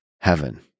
heaven